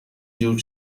جور